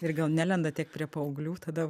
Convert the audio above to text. ir gal nelenda tiek prie paauglių tada